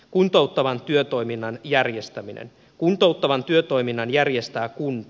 kuntouttavan työtoiminnan järjestäminen kuntouttavan työtoiminnan järjestää kunta